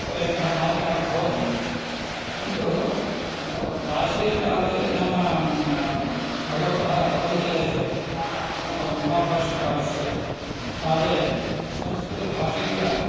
एकः मार्गः भवतु परन्तु प्राचीनकाले नाम भगवतः पतञ्जलेः महाभाष्यकालस्य काले संस्कृतभाषैव